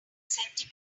sentimental